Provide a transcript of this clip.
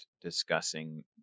discussing